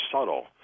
subtle